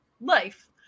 life